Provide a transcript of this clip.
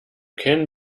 can